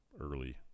early